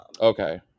Okay